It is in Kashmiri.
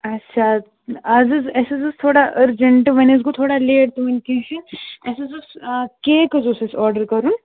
اچھا آز حظ اَسہِ حظ اوس تھوڑا أرجَنٛٹ وۄنۍ حظ گوٚو تھوڑا لیٹ تہٕ وٕنۍ کیٚنٛہہ چھِ اَسہِ حظ اوس کیک حظ اوس اَسہِ آڈر کرُن